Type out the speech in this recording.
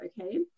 okay